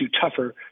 tougher